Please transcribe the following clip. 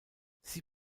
sie